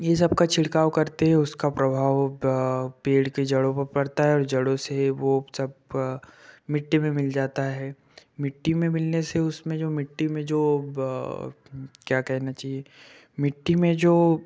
ये सब का छिड़काव करते हैं उसका प्रभाव ब पेड़ के जड़ों पर पड़ता है और जड़ों से वो सब मिट्टी में मिल जाता है मिट्टी में मिलने से उसमें जो मिट्टी में जो ब क्या कहना चाहिए मिट्टी में जो